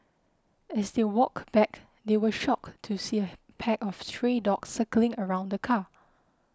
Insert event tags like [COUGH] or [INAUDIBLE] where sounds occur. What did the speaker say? as they walked back they were shocked to see a [NOISE] pack of stray dogs circling around the car